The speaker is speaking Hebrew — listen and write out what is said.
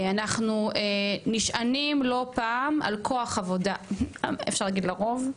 אנחנו נשענים לא פעם על כוח עבודה אפשר להגיד לרוב,